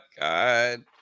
God